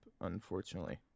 unfortunately